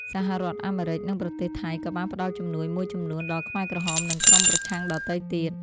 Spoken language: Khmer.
សហរដ្ឋអាមេរិក និងប្រទេសថៃក៏បានផ្ដល់ជំនួយមួយចំនួនដល់ខ្មែរក្រហម និងក្រុមប្រឆាំងដទៃទៀត។